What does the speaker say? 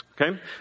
Okay